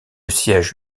siège